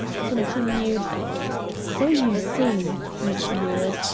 continued so you see, he sneered,